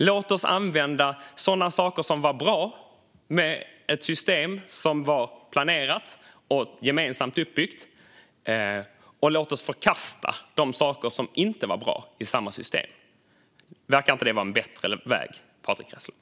Låt oss använda sådana saker som var bra med ett system som var planerat och gemensamt uppbyggt, och låt oss förkasta de saker som inte var bra i samma system. Verkar inte det vara en bättre väg, Patrick Reslow?